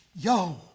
Yo